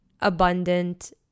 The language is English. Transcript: abundant